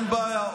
אין בעיה,